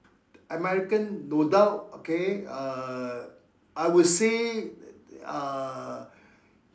American no doubt okay err I would say that uh